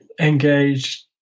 engaged